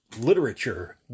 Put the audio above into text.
literature